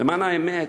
למען האמת,